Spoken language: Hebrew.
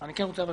אני כבר מסיים.